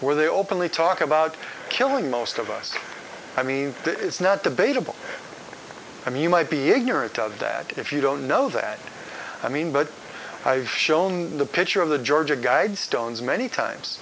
where they openly talk about killing most of us i mean it's not debatable i mean you might be ignorant of that if you don't know that i mean but i've shown in the picture of the georgia guidestones many times